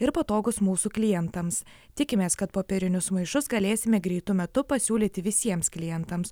ir patogūs mūsų klientams tikimės kad popierinius maišus galėsime greitu metu pasiūlyti visiems klientams